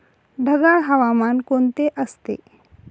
ढगाळ हवामान कोणते असते?